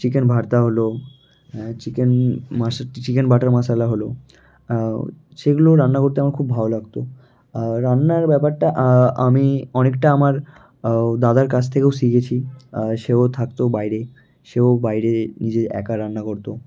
chicken bharta হলো chicken chicken butter masala হলো সেগুলো রান্না করতে আমার খুব ভালো লাগতো রান্নার ব্যাপারটা আমি অনেকটা আমার দাদার কাছ থেকেও শিখেছি সেও থাকতো বাইরে সেও বাইরে গিয়ে একা রান্না করতো